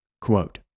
Quote